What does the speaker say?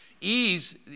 Ease